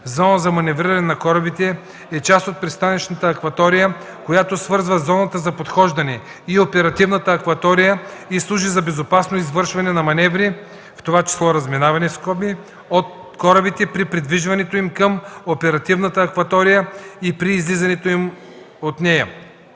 „Зона за маневриране на корабите” е част от пристанищната акватория, която свързва зоната за подхождане и оперативната акватория и служи за безопасно извършване на маневри (в т.ч. разминаване) от корабите при придвижването им към оперативната акватория и при излизането им от нея.